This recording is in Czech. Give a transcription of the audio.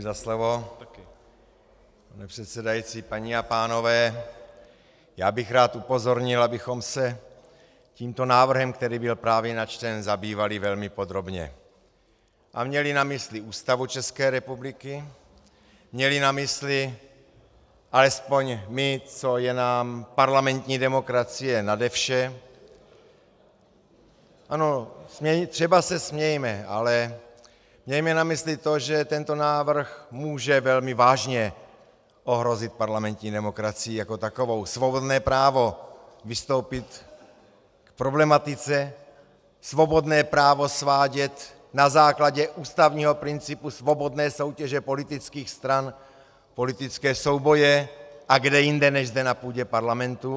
Pane předsedající, paní a pánové, já bych rád upozornil, abychom se tímto návrhem, který byl právě načten, zabývali velmi podrobně a měli na mysli Ústavu ČR, měli na mysli, alespoň my, co je nám parlamentní demokracie nade vše ano, třeba se smějme, ale mějme na mysli to, že tento návrh může velmi vážně ohrozit parlamentní demokracii jako takovou, svobodné právo vystoupit k problematice, svobodné právo svádět na základě ústavního principu svobodné soutěže politických stran politické souboje a kde jinde než zde na půdě parlamentu?